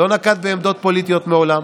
לא נקט עמדות פוליטיות מעולם.